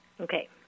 Okay